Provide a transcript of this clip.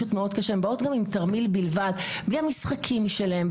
הן באות עם תרמיל בלבד בלי המשחקים שלהן,